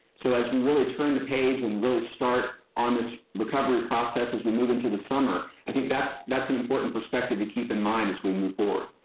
so as we really turn the page and really start on this recovery process as we move into the summer, i think that's that's an important perspective to keep in mind as we move forward.